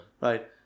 right